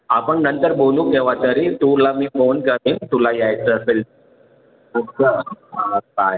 आपण नंतर बोलू केव्हातरी तुला मी फोन करेन तुला यायचं असेल तर ये बाय